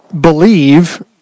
believe